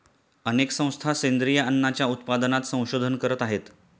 अनेक संस्था सेंद्रिय अन्नाच्या उत्पादनात संशोधन करत आहेत